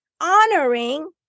honoring